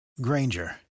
Granger